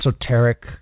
esoteric